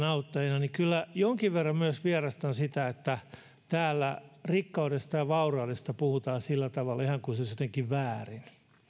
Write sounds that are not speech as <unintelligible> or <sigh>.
<unintelligible> auttajana niin kyllä jonkin verran myös vierastan sitä että täällä rikkaudesta ja vauraudesta puhutaan sillä tavalla että ihan kuin se olisi jotenkin väärin